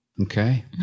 Okay